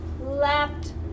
left